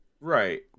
Right